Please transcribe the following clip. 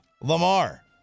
Lamar